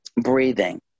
breathing